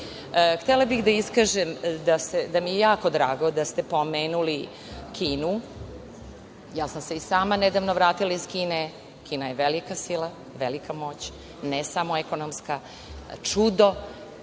mene. Htela bih da kažem da mi je jako drago da ste pomenuli Kinu. Ja sam se i sama nedavno vratila iz Kine. Kina je velika sila, velika moć, ne samo ekonomska, čudo.